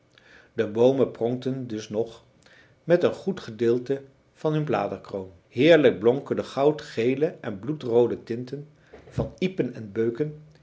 de boomen pronkten dus nog met een goed gedeelte van hun bladerkroon heerlijk blonken de goudgele en bloedroode tinten van iepen en beuken